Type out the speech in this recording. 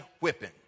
whipping